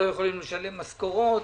מי שהיה מרוגז,